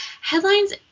headlines